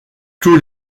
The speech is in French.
tous